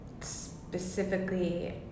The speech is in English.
specifically